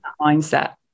mindset